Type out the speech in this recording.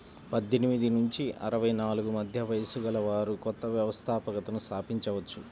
పద్దెనిమిది నుంచి అరవై నాలుగు మధ్య వయస్సు గలవారు కొత్త వ్యవస్థాపకతను స్థాపించవచ్చు